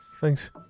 Thanks